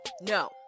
No